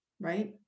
right